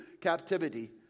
captivity